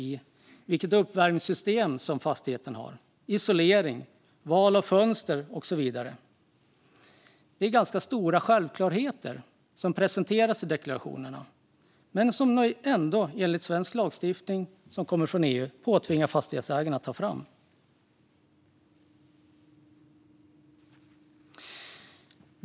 Det handlar om vilket uppvärmningssystem som fastigheten har, vilken isolering, vilka fönster och så vidare. Det är i hög grad självklarheter som presenteras i dessa deklarationer som svensk lagstiftning - som kommer från EU - tvingar fastighetsägarna att ta fram.